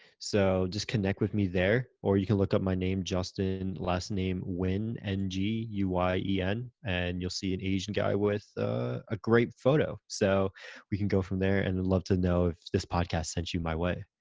so just connect with me there. or you can look up my name, justin, last name, nguyen, n g u y e n, and you'll see an asian guy with a great photo. so we can go from there, and i'd love to know if this podcast sent you my way.